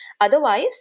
Otherwise